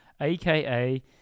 aka